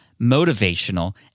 motivational